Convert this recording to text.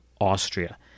Austria